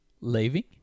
leaving